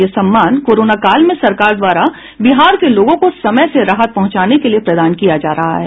यह सम्मान कोरोनाकाल में सरकार द्वारा बिहार के लोगों को समय से राहत पहंचाने के लिये प्रदान किया जा रहा है